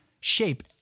shape